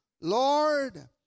Lord